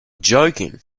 joking